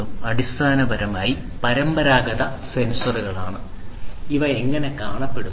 ഇത് അടിസ്ഥാനപരമായി ഈ പരമ്പരാഗത സെൻസറുകളാണ് അവ എങ്ങനെ കാണപ്പെടുന്നു